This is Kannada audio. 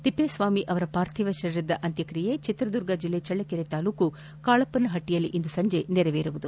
ತಿಪ್ಪೇಸ್ವಾಮಿ ಅವರ ಪಾರ್ಥಿವ ಶರೀರದ ಅಂತ್ಯಕ್ತಿಯೆ ಚಿತ್ರದುರ್ಗ ಜಿಲ್ಲೆಯ ಚಳ್ಳಕೆರೆ ತಾಲೂಕಿನ ಕಾಳಪ್ಪನ ಹಟ್ಟಿಯಲ್ಲಿ ಇಂದು ಸಂಜೆ ನೆರವೇರಲಿದೆ